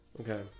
Okay